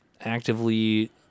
actively